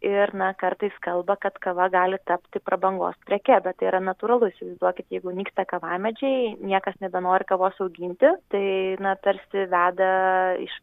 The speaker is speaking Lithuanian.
ir na kartais kalba kad kava gali tapti prabangos preke bet tai yra natūralu įsivaizduokit jeigu nyksta kavamedžiai niekas nebenori kavos auginti tai na tarsi veda iš